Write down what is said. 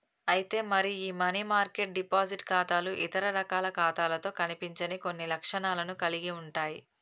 అయితే మరి ఈ మనీ మార్కెట్ డిపాజిట్ ఖాతాలు ఇతర రకాల ఖాతాలతో కనిపించని కొన్ని లక్షణాలను కలిగి ఉంటాయి